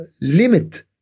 limit